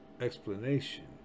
explanation